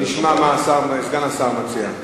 נשמע מה סגן השר מציע.